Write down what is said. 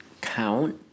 count